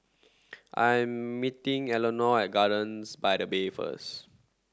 I'm meeting Elinor at Gardens by the Bay first